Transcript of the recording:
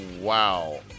wow